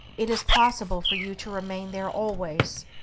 it is possible for you to remain there always.